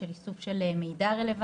של איסוף של מידע רלוונטי.